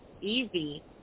easy